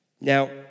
Now